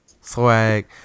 Swag